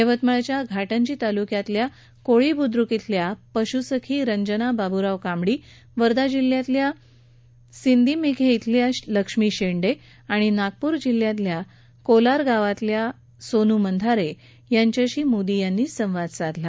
यवतमाळच्या घाटंजी तालुक्यातील कोळी बुद्रुक शिल्या पशुसखी रंजना बाबुराव कामडी वर्धा जिल्ह्यातल्या सिंदी मेघे शिल्या लक्ष्मी शेंडे आणि नागपूर जिल्ह्यातल्या कोलार गावातील सोनू मंधारे यांचेशी मोदी यांनी संवाद साधला